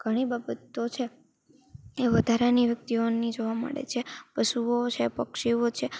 ઘણી બાબતો છે તે વધારાની વ્યક્તિઓની જોવા મળે છે પશુઓ છે પક્ષીઓ છે